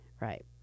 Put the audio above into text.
Right